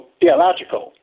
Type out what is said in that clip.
theological